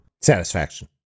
Satisfaction